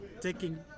taking